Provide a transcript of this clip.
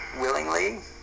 willingly